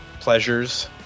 pleasures